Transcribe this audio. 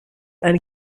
and